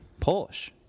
Porsche